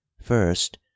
first